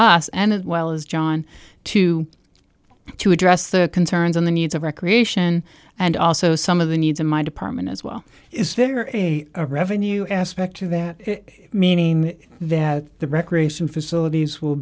us and as well as john to to address the concerns on the needs of recreation and also some of the needs of my department as well is there a revenue aspect to that meaning that the recreation facilities will